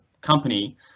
company